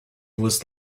was